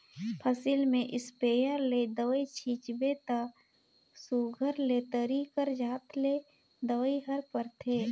फसिल में इस्पेयर ले दवई छींचबे ता सुग्घर ले तरी कर जात ले दवई हर परथे